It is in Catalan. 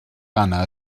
ghana